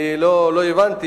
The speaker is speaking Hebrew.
אני לא הבנתי.